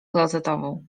klozetową